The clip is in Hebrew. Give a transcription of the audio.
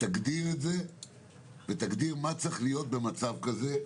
תגדיר מה צריך להיות במצב שכזה.